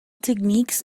techniques